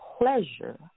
Pleasure